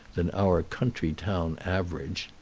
than our country-town average.